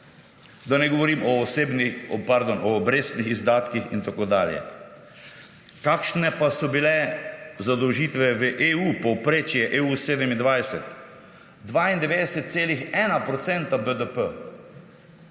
Da ne govorim o obrestnih izdatkih in tako dalje. Kakšne pa so bile zadolžitve v EU, povprečje EU 27? 92,1 % BDP.